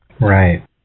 Right